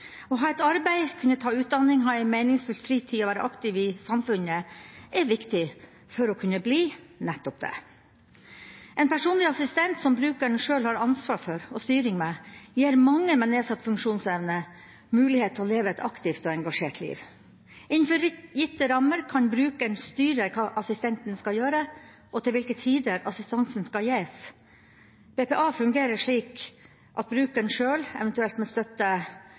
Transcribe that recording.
Å ha et arbeid, kunne ta utdanning, ha en meningsfylt fritid og være aktiv i samfunnet er viktig for å kunne bli nettopp det. En personlig assistent – som brukeren sjøl har ansvar for og styring med – gir mange med nedsatt funksjonsevne mulighet til å leve et aktivt og engasjert liv. Innenfor gitte rammer kan brukeren styre hva assistenten skal gjøre, og til hvilke tider assistansen skal gis. BPA fungerer slik at brukeren sjøl, eventuelt med støtte